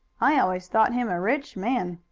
i always thought him a rich man.